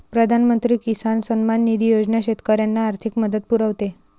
प्रधानमंत्री किसान सन्मान निधी योजना शेतकऱ्यांना आर्थिक मदत पुरवते